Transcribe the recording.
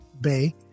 bay